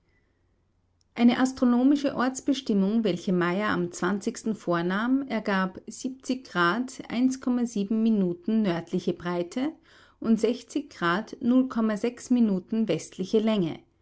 eine astronomische ortsbestimmung welche meyer am vornahm ergab minuten nördliche breite und trat nun komme minuten westliche länge